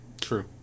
true